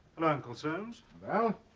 hello uncle soames val.